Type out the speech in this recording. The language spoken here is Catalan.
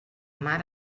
mar